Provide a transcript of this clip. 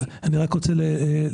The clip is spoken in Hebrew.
וגם את הנושא של הפיגורים.